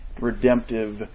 redemptive